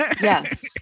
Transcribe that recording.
Yes